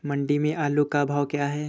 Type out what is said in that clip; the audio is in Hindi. मंडी में आलू का भाव क्या है?